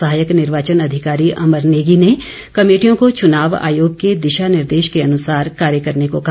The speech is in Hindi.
सहायक निर्वाचन अधिकारी अमर नेगी ने कमेटियों को चुनाव आयोग के दिशा निर्देश के अनुसार कार्य करने को कहा